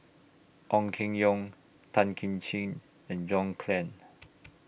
Ong Keng Yong Tan Kim Ching and John Clang